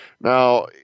Now